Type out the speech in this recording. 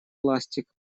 пластик